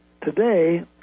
today